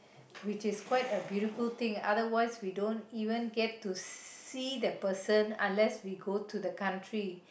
which is quite a beautiful thing otherwise we don't even get to see that person unless we go to the country